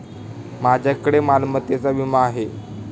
माझ्याकडे मालमत्तेचा विमा आहे